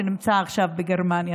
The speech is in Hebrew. שנמצא עכשיו בגרמניה.